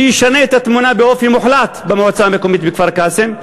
שישנה את התמונה באופן מוחלט במועצה המקומית כפר-קאסם,